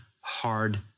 hard